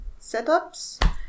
setups